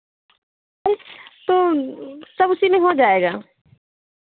अच्छा तो सब उसी में हो जाएगा